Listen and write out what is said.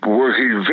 working